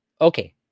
Okay